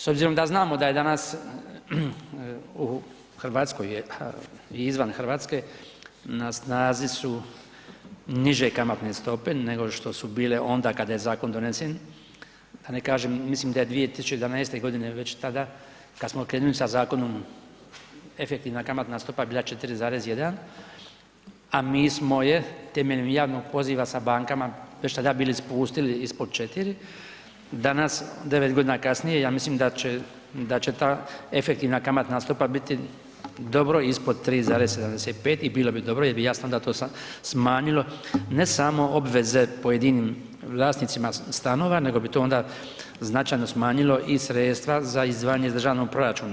S obzirom da znamo da je danas u Hrvatskoj i izvan Hrvatske na snazi su niže kamatne stope nego što su bile onda kada je zakon donesen, da ne kažem, mislim da je 2011.g. već tada kad smo krenuli sa zakonom, efektivna kamatna stopa je bila 4,1 a mi smo je temeljem javnog poziva sa bankama već tada bili spustili ispod 4, danas 9 g. kasnije, ja mislim da će ta efektivna kamatna stopa biti dobro ispod 3,75 i bilo bi dobro jer bi jasno onda to smanjilo ne samo obveze pojedinim vlasnicima stanova nego bi to onda značajno smanjilo i sredstva za izdvajanje iz državnog proračuna.